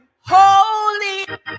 Holy